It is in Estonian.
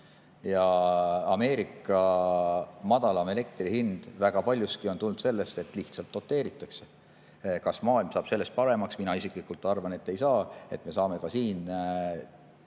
Ja Ameerika madalam elektri hind väga paljuski on tulnud sellest, et lihtsalt doteeritakse. Kas maailm saab sellest paremaks? Mina isiklikult arvan, et ei saa. Me saame ka siin